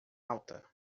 alta